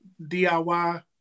DIY